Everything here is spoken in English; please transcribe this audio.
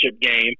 game